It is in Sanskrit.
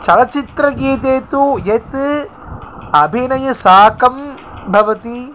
चलचित्रगीते तु यत् अभिनयसाकं भवति